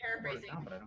paraphrasing